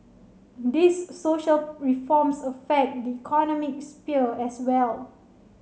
these social reforms affect the economic sphere as well